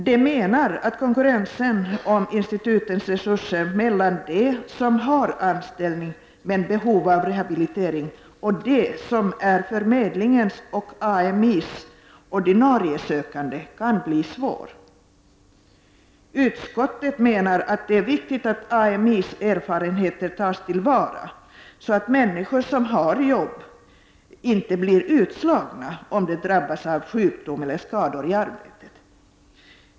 De menar att konkurrensen om institutens resurser mellan dem som har anställning men behov av rehabilitering och dem som är förmedlingens och Ami:s ordinarie sökande kan bli svår. Utskottet menar att det är viktigt att Ami:s erfarenheter tas till vara, så att människor som har jobb inte blir utslagna om de drabbas av sjukdom eller skador i arbetet.